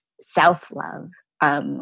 self-love